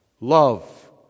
Love